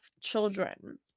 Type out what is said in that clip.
children